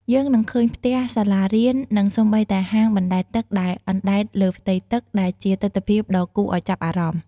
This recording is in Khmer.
យើងនឹងឃើញផ្ទះ សាលារៀន និងសូម្បីតែហាងបណ្តែតទឹកដែលអណ្តែតលើផ្ទៃទឹក ដែលជាទិដ្ឋភាពដ៏គួរឱ្យចាប់អារម្មណ៍។